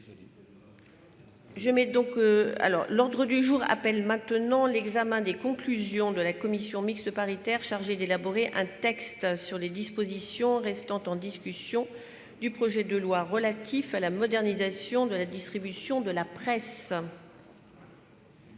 L'ordre du jour appelle l'examen des conclusions de la commission mixte paritaire chargée d'élaborer un texte sur les dispositions restant en discussion du projet de loi relatif à la modernisation de la distribution de la presse